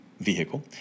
vehicle